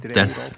death